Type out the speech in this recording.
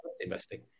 investing